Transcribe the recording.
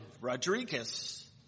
Rodriguez